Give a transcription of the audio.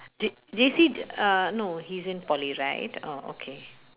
J~ J_C uh no he's in poly right oh okay